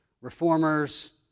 reformers